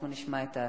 אנחנו נשמע את ההצעה.